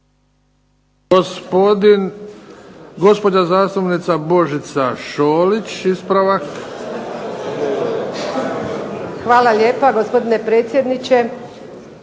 Hvala lijepa gospodine predsjedniče.